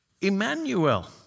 Emmanuel